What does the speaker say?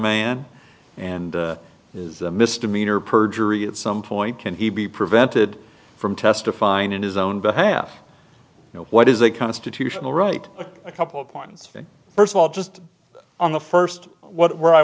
man and is a misdemeanor perjury at some point can he be prevented from testifying in his own behalf you know what is a constitutional right a couple of points first of all just on the first one where i